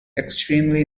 extremely